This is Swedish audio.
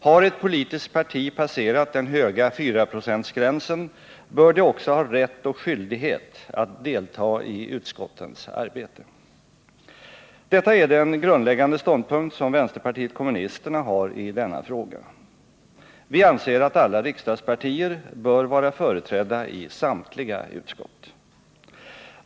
Har ett politiskt parti passerat den höga 4-procentsgränsen bör det också ha rätt och skyldighet att delta i utskottens arbete. Detta är den grundläggande ståndpunkt som vänsterpartiet kommunisterna har i denna fråga. Vi anser att alla riksdagspartier bör vara företrädda i samtliga utskott.